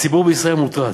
הציבור בישראל מוטרד.